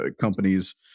companies